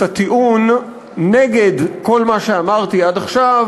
את הטיעון נגד כל מה שאמרתי עד עכשיו,